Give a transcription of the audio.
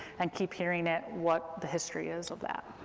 and keep hearing it, what the history is of that.